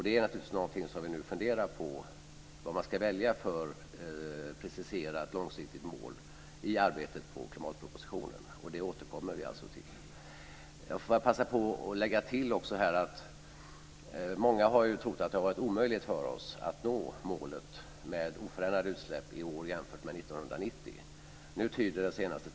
Det är naturligtvis någonting som vi funderar på, vad man ska välja för preciserat långsiktigt mål i arbetet på klimatpropositionen. Vi återkommer alltså till det. Får jag passa på att lägga till en sak. Många har trott att det har varit omöjligt för oss att nå målet med oförändrade utsläpp i år jämfört med 1990.